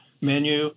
menu